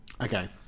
Okay